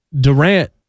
Durant